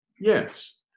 yes